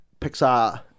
Pixar